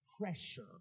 pressure